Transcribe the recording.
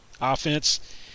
offense